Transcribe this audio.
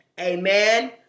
Amen